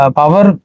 power